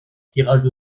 tirage